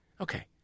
Okay